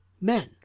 men